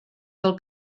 del